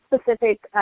specific